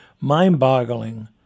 mind-boggling